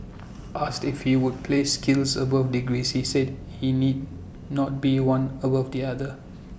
asked if he would place skills above degrees he said IT need not be one above the other